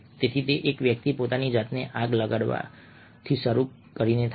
તેથી તે એક વ્યક્તિ પોતાની જાતને આગ લગાવવાથી શરૂ થાય છે